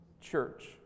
Church